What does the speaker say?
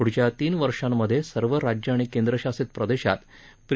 पुढच्या तीन वर्षांमध्ये सर्व राज्य आणि केंद्र शासित प्रदेशांत प्री